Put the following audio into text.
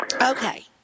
Okay